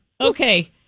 okay